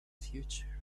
future